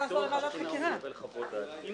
עכשיו אני אומר משהו בנימה אישית,